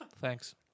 Thanks